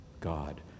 God